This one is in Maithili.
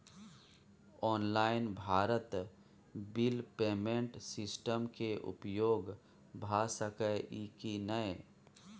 Online Bharat bill payment system के उपयोग भ सके इ की नय?